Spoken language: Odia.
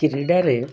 କ୍ରୀଡ଼ାରେ